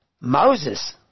Moses